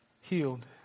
healed